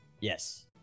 Yes